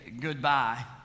goodbye